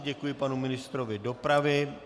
Děkuji panu ministrovi dopravy.